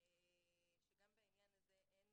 שגם בעניין הזה אין